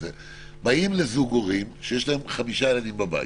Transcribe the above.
באים לזוג הורים שיש להם חמישה ילדים בבית,